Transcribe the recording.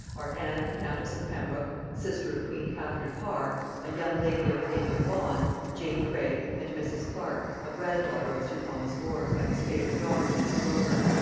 are, anne countess of pembroke, sister of queen catherine parr a young lady of the name of vaughan jane grey and mrs. clark, a grand-daughter of sir thomas more, by his favorite daughter mrs. roper.